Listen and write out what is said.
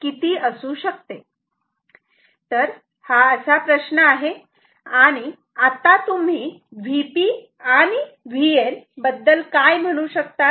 तर हा असा प्रश्न आहे आणि आता तुम्ही Vp आणि Vn बद्दल काय म्हणू शकतात